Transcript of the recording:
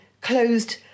closed